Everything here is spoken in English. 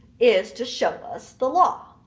is to show us the law.